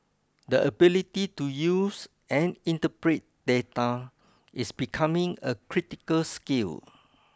the ability to use and interpret data is becoming a critical skill